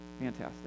Fantastic